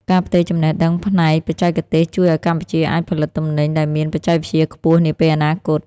ការផ្ទេរចំណេះដឹងផ្នែកបច្ចេកទេសជួយឱ្យកម្ពុជាអាចផលិតទំនិញដែលមានបច្ចេកវិទ្យាខ្ពស់នាពេលអនាគត។